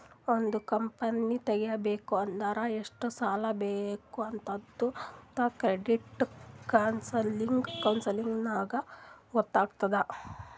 ಒಂದ್ ಕಂಪನಿ ತೆಗಿಬೇಕ್ ಅಂದುರ್ ಎಷ್ಟ್ ಸಾಲಾ ಬೇಕ್ ಆತ್ತುದ್ ಅಂತ್ ಕ್ರೆಡಿಟ್ ಕೌನ್ಸಲಿಂಗ್ ನಾಗ್ ಗೊತ್ತ್ ಆತ್ತುದ್